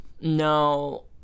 no